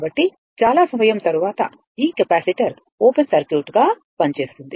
కాబట్టి చాలా సమయం తర్వాత ఈ కెపాసిటర్ ఓపెన్ సర్క్యూట్గా పనిచేస్తుంది